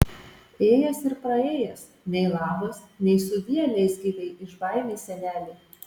ėjęs ir praėjęs nei labas nei sudie leisgyvei iš baimės senelei